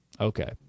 Okay